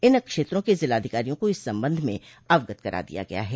इन क्षेत्रों के जिलाधिकारियों को इस संबंध में अवगत करा दिया गया है